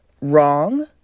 wrong